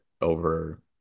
over